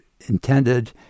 intended